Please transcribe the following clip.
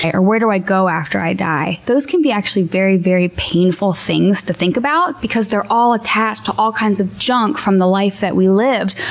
or, where do i go after i die? those can be actually very, very painful things to think about because they're all attached to all kinds of junk from the life that we lived.